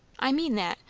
i mean that.